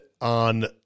on